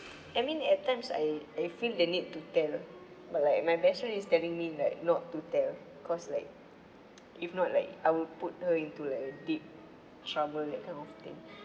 I mean at times I I feel the need to tell but like my best friend is telling me like not to tell cause like if not like I will put her into like a deep trouble that kind of thing